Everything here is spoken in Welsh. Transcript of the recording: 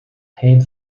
heb